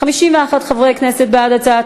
את הצעת